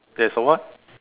there's a what